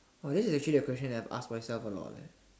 !wah! this is actually the question that I ask myself a lot leh